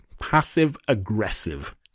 passive-aggressive